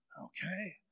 okay